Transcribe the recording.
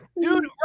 Dude